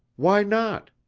why not?